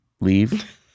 Leave